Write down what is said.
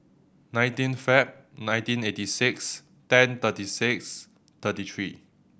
nineteen Feb nineteen eighty six ten thirty six thirty three